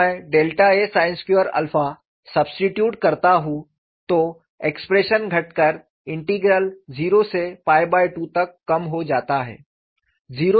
जब मैं a sin2 substitute करता हूं तो एक्सप्रेशन घटकर इंटीग्रल 0 से 2 तक कम हो जाता है